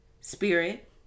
spirit